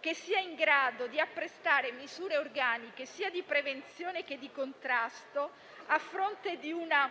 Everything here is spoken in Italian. che sia in grado di apprestare misure organiche sia di prevenzione che di contrasto, a fronte di una